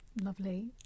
lovely